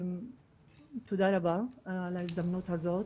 תודה רבה על ההזדמנות הזאת.